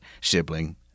sibling